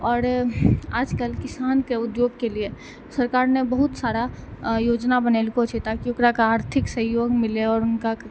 आओर आजकल किसान के उद्योग के लिए सरकार ने बहुत सारा योजना बनेलको छै ताकि ओकराके आर्थिक सहयोग मिलै आओर उनकाके